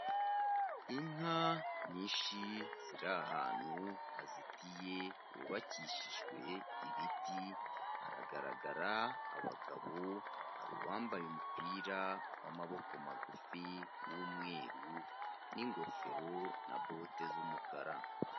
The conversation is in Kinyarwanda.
Inka nyinshi ziri ahantu hazitiye hubakishijwe ibiti, haragaragara abagabo, hari uwambaye umupira w'amaboko magufi w'umweru n'ingofero na bote z'umukara.